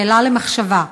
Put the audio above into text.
שאלה למחשבה.